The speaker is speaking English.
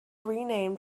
renamed